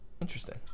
interesting